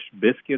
biscuits